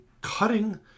cutting